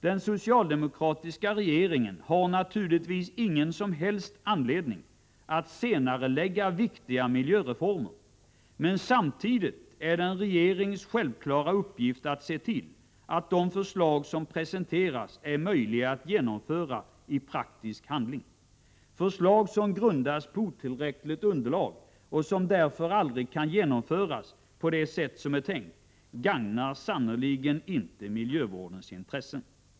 Den socialdemokratiska regeringen har naturligtvis ingen som helst anledning att senarelägga viktiga miljöreformer. Men samtidigt är det en regerings självklara uppgift att se till att de förslag som presenteras är möjliga att genomföra i praktisk handling. Förslag som grundas på otillräckligt underlag och som därför aldrig kan genomföras på det sätt som är tänkt gagnar sannerligen inte miljövårdens intressen.